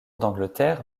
d’angleterre